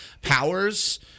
powers